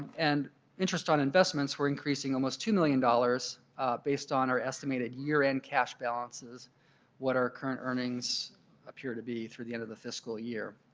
and interest on investments we're increasing almost two million based on our estimated year end cash balances what our current earnings appear to be through the end of the fiscal year.